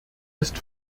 ist